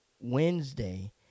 Wednesday